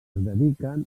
dediquen